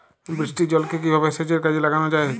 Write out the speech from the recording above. বৃষ্টির জলকে কিভাবে সেচের কাজে লাগানো য়ায়?